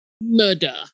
murder